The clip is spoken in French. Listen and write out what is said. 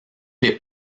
les